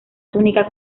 túnica